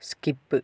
skip